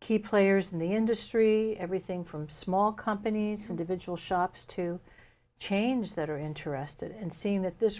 key players in the industry everything from small companies individual shops to change that are interested and seeing that this